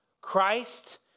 Christ